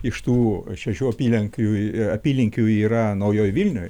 iš tų šešių apylinkių ir apylinkių yra naujoj vilnioj